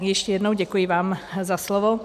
Ještě jednou, děkuji vám za slovo.